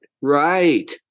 Right